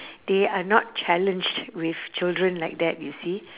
they are not challenged with children like that you see